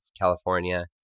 California